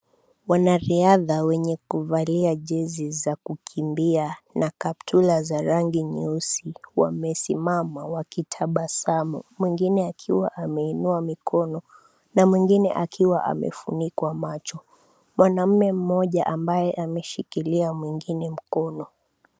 Wanariadha wenye kuvalia jezi za kukimbia na kaptula za rangi nyeusi wamesimama wakitabasamu, mwingine akiwa ameinua mikono na mwingine akiwa amefunikwa macho. Mwanaume mmoja ambaye ameshikilia mwingine mkono.